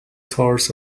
source